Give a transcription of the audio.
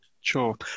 Sure